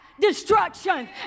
destruction